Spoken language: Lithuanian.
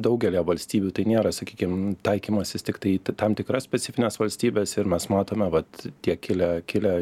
daugelyje valstybių tai nėra sakykim taikymasis tiktai į tam tikras specifines valstybes ir mes matome vat tie kilę kilę